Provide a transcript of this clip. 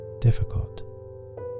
difficult